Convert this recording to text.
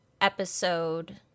episode